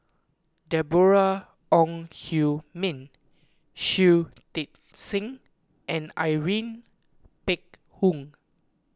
Deborah Ong Hui Min Shui Tit Sing and Irene Phek Hoong